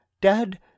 Dad